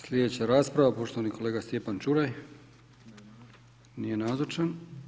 Slijedeća rasprava, poštovani kolega Stjepan Čuraj, nije nazočan.